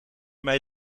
mij